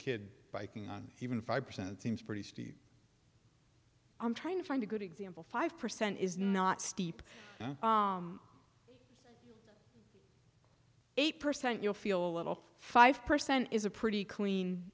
kid biking on even five percent seems pretty steep i'm trying to find a good example five percent is not steep eight percent you'll feel a little five percent is a pretty clean